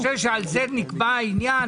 אתה חושב שעל זה נקבע העניין?